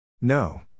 No